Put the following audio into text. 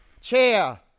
chair